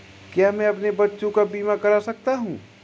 क्या मैं अपने बच्चों का बीमा करा सकता हूँ?